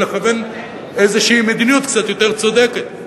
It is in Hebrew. ולכוון איזו מדיניות קצת יותר צודקת.